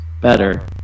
better